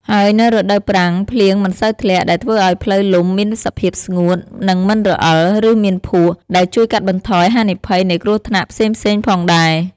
ហើយនៅរដូវប្រាំង ភ្លៀងមិនសូវធ្លាក់ ដែលធ្វើឲ្យផ្លូវលំមានសភាពស្ងួត និងមិនរអិល ឬមានភក់ ដែលជួយកាត់បន្ថយហានិភ័យនៃគ្រោះថ្នាក់ផ្សេងៗផងដែរ។